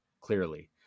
clearly